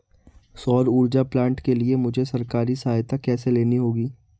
सौर ऊर्जा प्लांट के लिए मुझे सरकारी सहायता कैसे लेनी होगी?